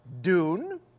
Dune